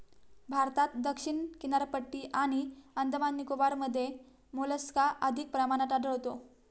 भारतात दक्षिण किनारपट्टी आणि अंदमान निकोबारमध्ये मोलस्का अधिक प्रमाणात आढळतो